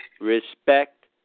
respect